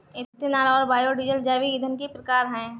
ethanol और biodiesel जैविक ईंधन के प्रकार है